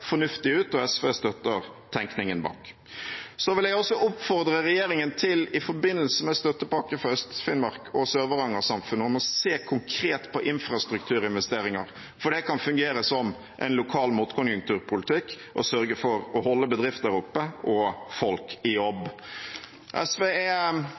fornuftig ut, og SV støtter tenkningen bak. Så vil jeg også oppfordre regjeringen til i forbindelse med støttepakke for Øst-Finnmark og Sør-Varanger-samfunnet å se konkret på infrastrukturinvesteringer, for det kan fungere som en lokal motkonjunkturpolitikk og sørge for å holde bedrifter oppe og folk i jobb. SV er